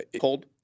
Cold